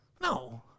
No